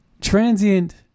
transient